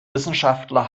wissenschaftler